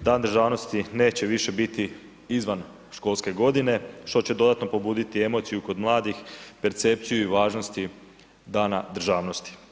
Dan državnosti neće više biti izvan školske godine što će dodatno pobuditi emociju kod mladih, percepciju i važnosti Dana državnosti.